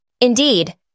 Indeed